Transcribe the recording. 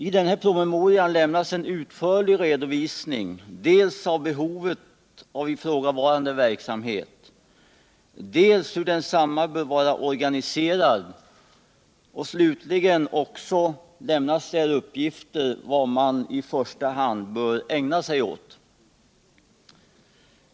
I promemorian lämnas en utförlig redovisning av dels behovet av ifrågavarande verksamhet, dels hur densamma bör vara organiserad. Vidare lämnas uppgift om vad man i första hand bär ägna sig åt.